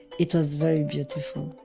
it was very beautiful.